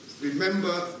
Remember